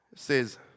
Says